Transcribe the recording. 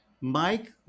Mike